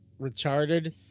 retarded